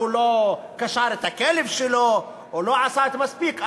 הוא לא קשר את הכלב שלו או לא עשה מספיק,